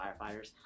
firefighters